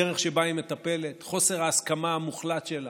הדרך שבה היא מטפלת, חוסר ההסכמה המוחלט שבה,